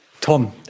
Tom